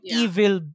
evil